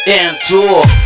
endure